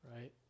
Right